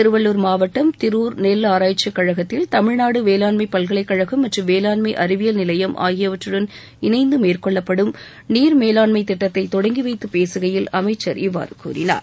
திருவள்ளூர் மாவட்டம் திரூர் நெல் ஆராய்ச்சி கழகத்தில் தமிழ்நாடு வேளாண்மை பல்கலைக் கழகம் மற்றும் வேளாண்மை அறிவியல் நிலையம் ஆகியவற்றுடன் இணைந்து மேற்கொள்ளப்படும் நீர் மேலாண்மை திட்டத்தை தொடங்கி வைத்து பேசுகையில் அமைச்சர் இவ்வாறு கூறினார்